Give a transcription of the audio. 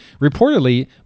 Reportedly